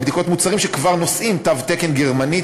בדיקות מוצרים שכבר נושאים תו תקן גרמני,